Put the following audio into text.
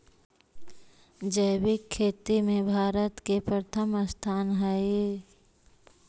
जैविक खेती में भारत के प्रथम स्थान हई